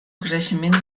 creixement